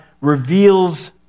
reveals